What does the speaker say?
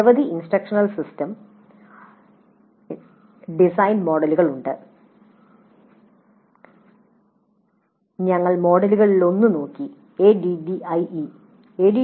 നിരവധി instructional system design മോഡലുകൾ ഉണ്ട് ഞങ്ങൾ മോഡലുകളിലൊന്ന് നോക്കി ADDIE